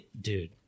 Dude